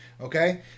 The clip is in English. okay